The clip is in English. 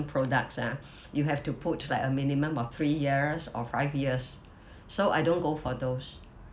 products ah you have to put like a minimum of three years or five years so I don't go for those